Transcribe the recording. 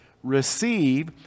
Receive